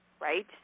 right